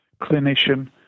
clinician